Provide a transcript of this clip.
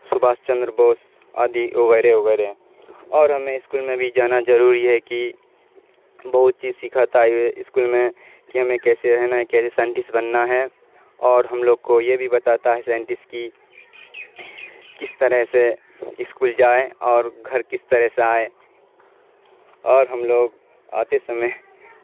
سبھاش چندر بوس آدی وغیرے وغیرہ اور ہمیں اسکول میں بھی جانا ضروری ہے کہ بہت چیز سیکھا تھا اسکول میں کہ ہمیں کیسے رہنا ہے کیسے سائنٹسٹ بننا ہے اور ہم لوگ کو یہ بھی بتاتا ہے سائنٹسٹ کی کس طرح سے اسکول جائے اور گھر کس طرح سے آئے اور ہم لوگ آتے سمے